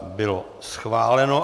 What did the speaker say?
Bylo schváleno.